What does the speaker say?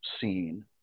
seen